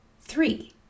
three